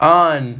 on